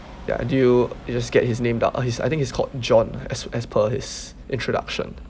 ya do you you just get his name down he's I think he's called john as as per his introduction